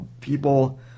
people